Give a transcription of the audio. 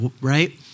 Right